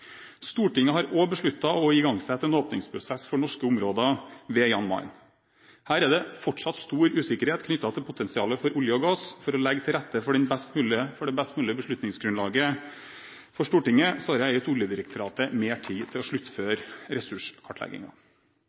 Stortinget har også besluttet å igangsette en åpningsprosess for norske områder ved Jan Mayen. Her er det fortsatt stor usikkerhet knyttet til potensialet for olje og gass. For å legge til rette for det best mulige beslutningsgrunnlaget for Stortinget har jeg gitt Oljedirektoratet mer tid til å sluttføre